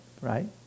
right